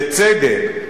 בצדק,